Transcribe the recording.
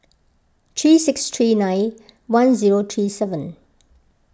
three six three nine one zero three seven